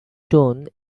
tone